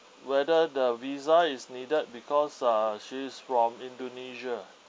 whether the visa is needed because uh she is from indonesia